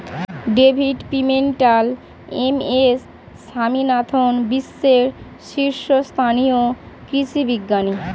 David Pimentel, M S Swaminathan বিশ্বের শীর্ষস্থানীয় কৃষি বিজ্ঞানী